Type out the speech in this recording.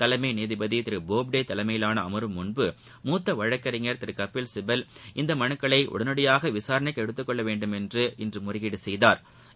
தலைமை நீதிபதி திரு போப்டே தலைமையினாள் அமா்வு முன் மூத்த வழக்கறிஞா் திரு கபில்சிபல் இந்த மனுக்களை உடனடியாக விசாரணைக்கு எடுத்துக் கொள்ள வேண்டுமென்று இன்று முறையீடு செய்தாா்